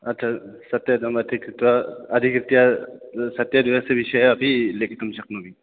अथ सत्यदम् अधिकृत्य अधिकृत्य सत्यद्वयस्य विषये अपि लेखितुं शक्नोमि